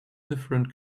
different